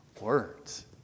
words